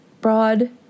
broad